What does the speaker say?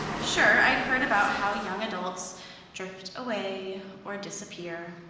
sure, i'd heard about how young adults drift away or disappear.